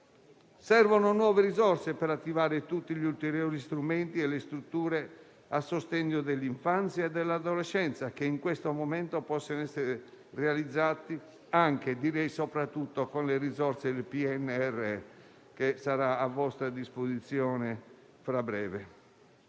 Servono nuove risorse per attivare tutti gli ulteriori strumenti e le strutture a sostegno dell'infanzia e dell'adolescenza, che in questo momento possono essere realizzati anche - e, direi, soprattutto - con le risorse del Piano nazionale di ripresa e